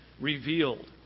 revealed